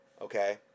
Okay